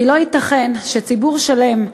כי לא ייתכן שציבור שלם,